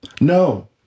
No